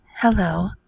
Hello